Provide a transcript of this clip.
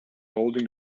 holding